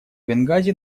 бенгази